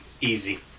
Easy